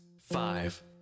five